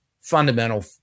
fundamental